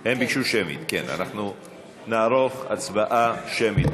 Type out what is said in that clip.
הם ביקשו שמית, אנחנו נערוך הצבעה שמית.